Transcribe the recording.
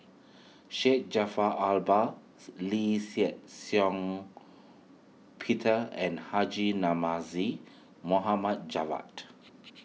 Syed Jaafar Albar Lee Shih Shiong Peter and Haji Namazie Mohamed Javad